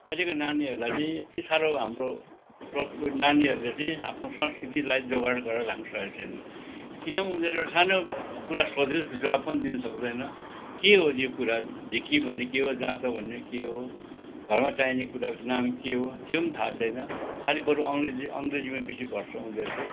अहिलेको नानीहरूलाई चाहिँ यति साह्रो हाम्रो प्र नानीहरूले चाहिँ आफ्नो संस्कृतिलाई जोगाड गरेर राख्नु सकेको छैन किनभने उनीहरू सानो कुरा सोध्नुहोस् जवाब पनि दिनु सक्दैन के हो यो कुरा ढिकी भन्ने के हो जाँतो भन्ने के हो घरमा चाहिने कुराको नाम के हो त्यो पनि थाह छैन खालि बरु अङग्रेजी अङ्ग्रेजीमा बेसी भर्छ उनीहरूले